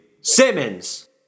Simmons